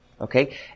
Okay